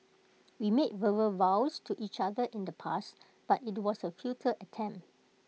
we made verbal vows to each other in the past but IT was A futile attempt